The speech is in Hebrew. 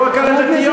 לא רק על הדתיות.